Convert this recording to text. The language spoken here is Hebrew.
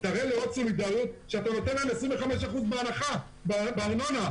תראה לאות סולידריות שאתה נותן להם 25% הנחה בארנונה.